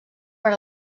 per